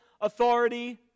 authority